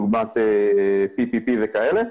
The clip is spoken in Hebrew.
דוגמת TPP וכאלה,